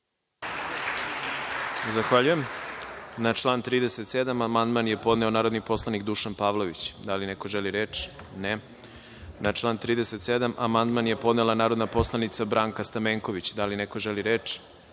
Zahvaljujem. Na član 37. amandman je podneo narodni poslanik Dušan Pavlović. Da li neko želi reč? (Ne.)Na član 37. amandman je podnela narodni poslanik Branka Stamenković. Da li neko želi reč?